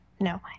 No